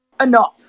enough